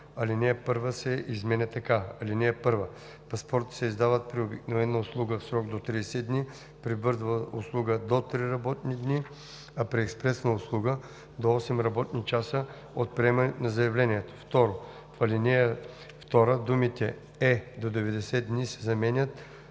Алинея 1 се изменя така: „(1) Паспортите се издават при обикновена услуга в срок до 30 дни, при бърза услуга – до 3 работни дни, а при експресна услуга – до 8 работни часа, от приемане на заявлението.“ 2. В ал. 2 думите „е до 90 дни“ се заменят